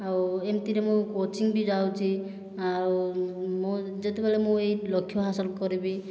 ଆଉ ଏମିତିରେ ମୁଁ କୋଚିଂ ବି ଯାଉଛି ଆଉ ମୁଁ ଯେତେବେଳେ ମୁଁ ଏଇ ଲକ୍ଷ୍ୟ ହାସଲ କରିବି